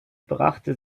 brachte